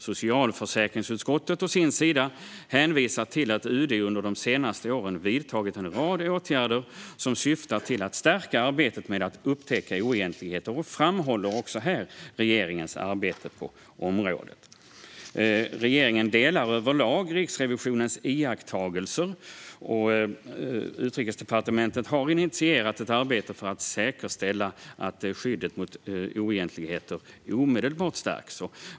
Socialförsäkringsutskottet å sin sida hänvisar till att UD under de senaste åren har vidtagit en rad åtgärder som syftar till att stärka arbetet med att upptäcka oegentligheter och framhåller också här regeringens arbete på området. Regeringen delar överlag Riksrevisionens iakttagelser, och Utrikesdepartementet har initierat ett arbete för att säkerställa att skyddet mot oegentligheter omedelbart stärks.